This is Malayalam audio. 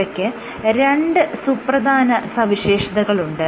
ഇവയ്ക്ക് രണ്ട് സുപ്രധാന സവിശേഷതകളുണ്ട്